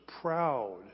proud